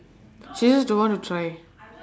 she just don't want to try